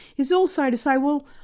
is also to say well,